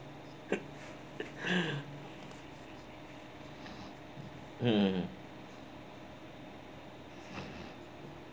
mm